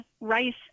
Rice